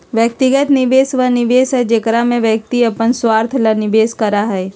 व्यक्तिगत निवेश वह निवेश हई जेकरा में व्यक्ति अपन स्वार्थ ला निवेश करा हई